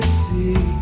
see